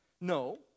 No